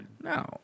No